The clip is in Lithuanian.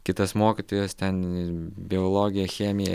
kitas mokytojas ten i biologiją chemiją